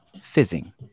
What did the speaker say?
fizzing